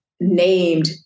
named